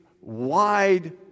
wide